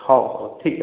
ହଉ ହଉ ଠିକ୍ ଅଛି